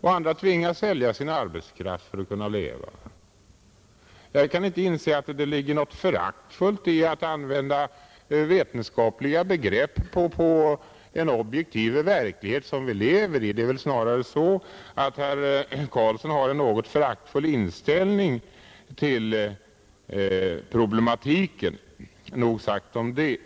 och andra tvingas sälja sin arbetskraft för att kunna leva, Jag kan inte inse att det ligger något föraktfullt i att använda vetenskapliga begrepp på en objektiv verklighet som vi lever i. Det är väl snarare så att herr Karlsson har en föraktfull inställning till problematiken. Nog sagt om det.